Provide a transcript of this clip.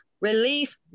relief